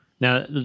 Now